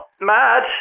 mad